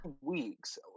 Weeks